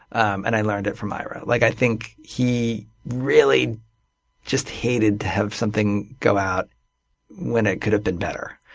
um and i learned it from ira. like i think he really just hated to have something go out when it could have been better.